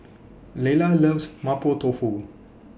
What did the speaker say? Layla loves Mapo Tofu